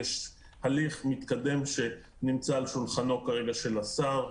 יש הליך מתקדם שנמצא כרגע על שולחנו של השר,